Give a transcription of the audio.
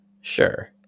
Sure